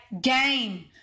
Game